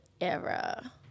era